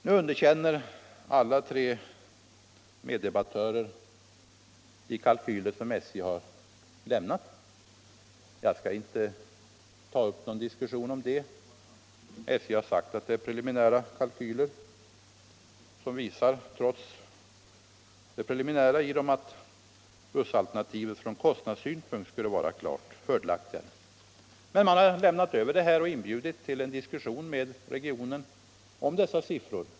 Nu underkänner alla de tre meddebattörerna de kalkyler som SJ har lagt fram. Jag skall inte ta upp någon diskussion om det. SJ har sagt att det är preliminära kalkyler, som trots att de har denna karaktär visar att bussalternativet från kostnadssynpunkt skulle vara det klart fördelaktigaste. Men man har lämnat över kalkylerna och inbjudit till en diskussion med regionen om dessa siffror.